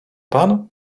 pan